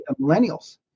millennials